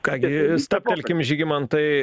ką gi stabtelkim žygimantai